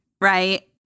right